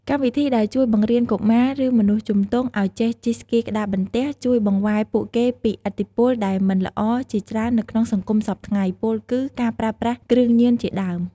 កម្មវិធីដែលជួយបង្រៀនកុមារ ឬ មនុស្សជំទង់ឱ្យចេះជិះស្គីក្ដារបន្ទះ ជួយបង្វែរពួកគេពីឥទ្ធិពលដែលមិនល្អជាច្រើននៅក្នុងសង្គមសព្វថ្ងៃ ពោលគឺ ការប្រើប្រាស់គ្រឿងញៀនជាដើម។